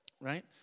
Right